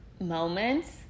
moments